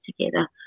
together